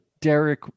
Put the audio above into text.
Derek